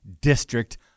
district